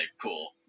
cool